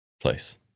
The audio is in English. place